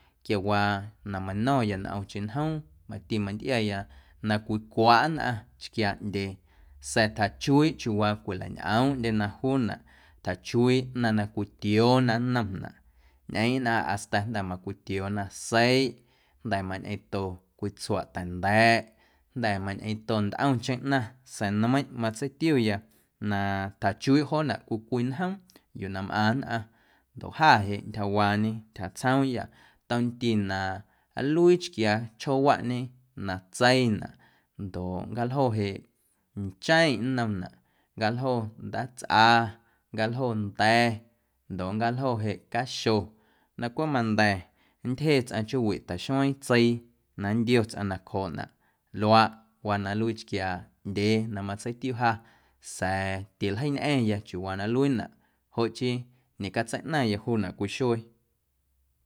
Quiawaa na mano̱ⁿya ntꞌomcheⁿ njoom mati mantꞌiaya na cwicwaꞌ nnꞌaⁿ chquiaaꞌndyee sa̱a̱ tjachuiiꞌ chiuuwaa cwilañꞌoomꞌndyena juunaꞌ tjachuiiꞌ ꞌnaⁿ na cwitioona nnomnaꞌ ñꞌeeⁿꞌ nnꞌaⁿ hasta nda̱ macwitioona seiꞌ jnda̱ mañꞌeⁿto cwii tsuaꞌ ta̱nda̱ꞌ jnda̱ mañꞌeeⁿto ntꞌomcheⁿ ꞌnaⁿ sa̱a̱ nmeiⁿꞌ matseitiuya na tjachuiiꞌ joonaꞌ cwii cwii njoom yuu na mꞌaⁿ nnꞌaⁿ ndoꞌ jâ jeꞌ ntyjawaañe ntyja tsjoomya tomti na nluii chquiaachjoowaꞌñe na tseinaꞌ ndoꞌ nncaljo jeꞌ ncheⁿꞌ nnomnaꞌ, nncaljo ndaatsꞌa, nncjaljo nda̱ ndoꞌ nncaljo jeꞌ caxo na cweꞌ manda̱ nntyje tsꞌaⁿ chjoowiꞌ ta̱xmeiiⁿ tseii na nntio tsꞌaⁿ nacjooꞌnaꞌ luaaꞌwaa na nluii chquiaaꞌndyee na matseitiu ja sa̱a̱ tiljeiñꞌa̱ⁿya chiuuwaa na nluiinaꞌ joꞌ chii ñecatseiꞌnaⁿya juunaꞌ cwii xuee.